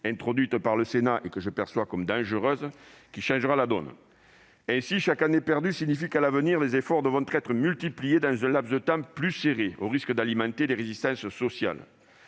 introduite par le Sénat et que je perçois comme dangereuse, qui changera la donne. Ainsi, chaque année perdue signifie que, à l'avenir, les efforts devront être multipliés dans un laps de temps plus serré, au risque d'alimenter les résistances sociales.